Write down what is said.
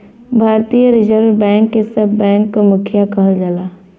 भारतीय reserve bank के सब बैंक क मुखिया कहल जाला